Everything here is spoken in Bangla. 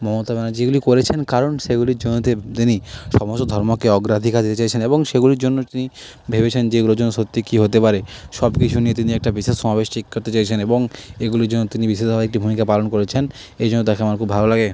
মমতা ব্যানার্জী যেগুলি করেছেন কারণ সেগুলির জন্যতে তিনি সমাজ ও ধর্মকে অগ্রাধিকার দিতে চেয়েছেন এবং সেগুলির জন্য তিনি ভেবেছেন যে এগুলোর জন্য সত্যি কী হতে পারে সব কিছুর নীতি নিয়ে একটা বিশেষ সমাবেশ ঠিক করতে চেয়েছেন এবং এগুলির জন্য তিনি বিশেষভাবে একটি ভূমিকা পালন করেছেন এই জন্য তাকে আমার খুব ভালো লাগে